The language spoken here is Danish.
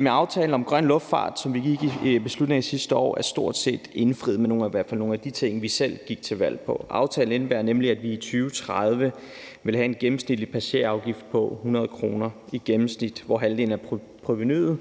med aftalen om grøn luftfart, som vi indgik i slutningen af sidste år, stort set indfriet, i hvert fald hvad angår nogle af de ting, vi selv gik til valg på. Aftalen indebærer nemlig, at vi i 2030 vil have en gennemsnitlig passagerafgift på 100 kr., hvoraf halvdelen af provenuet